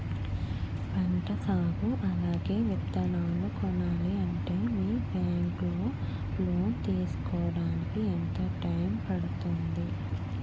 పంట సాగు అలాగే విత్తనాలు కొనాలి అంటే మీ బ్యాంక్ లో లోన్ తీసుకోడానికి ఎంత టైం పడుతుంది?